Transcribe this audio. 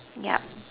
yup